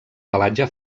pelatge